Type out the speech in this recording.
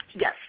Yes